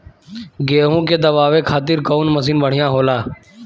गेहूँ के दवावे खातिर कउन मशीन बढ़िया होला?